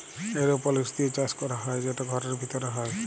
এরওপলিক্স দিঁয়ে চাষ ক্যরা হ্যয় সেট ঘরের ভিতরে হ্যয়